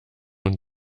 und